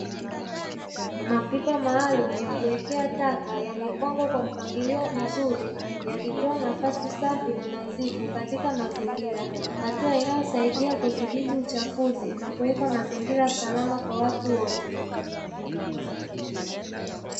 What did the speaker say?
Mapipa maalumu ya kuwekea taka yamepangwa kwa mpangilio mzuri yakitoa nafasi safi na nadhifu katika mazingira, hatua inayosiaidia kudhibiti uchafuzi na kuweka mazingira salama kwa watu wote.